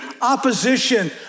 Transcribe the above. opposition